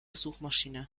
suchmaschine